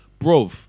Bro